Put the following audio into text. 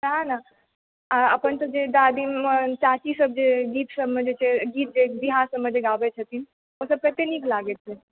सहए ने आ अपन सभके दादी चाचीसभ जे गीतसभमे जे गीत जे बिआह सभमे गाबैत छथिन ओसभ कतेक नीक लागैत छै